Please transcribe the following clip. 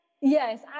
Yes